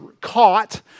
caught